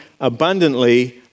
abundantly